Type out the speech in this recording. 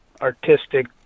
artistic